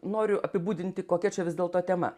noriu apibūdinti kokia čia vis dėlto tema